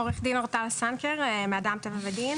עורכת דין אורטל סנקר, מ"אדם, טבע ודין".